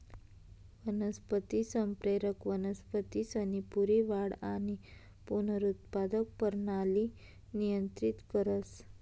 वनस्पती संप्रेरक वनस्पतीसनी पूरी वाढ आणि पुनरुत्पादक परणाली नियंत्रित करस